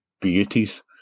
beauties